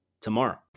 tomorrow